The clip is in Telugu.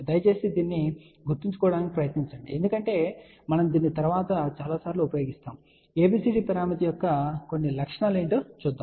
దయచేసి దీన్ని గుర్తుంచుకోవడానికి ప్రయత్నించండి ఎందుకంటే మనం దీనిని తరువాత ఉపయోగించబోతున్నాము ABCD పారామితి యొక్క కొన్ని లక్షణాలు చూద్దాం